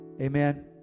Amen